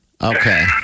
Okay